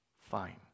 Fine